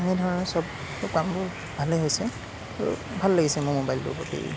এনেধৰণৰ সব কামবোৰ ভালেই হৈছে আৰু ভাল লাগিছে মোৰ ম'বাইলটোৰ প্ৰতি